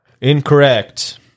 Incorrect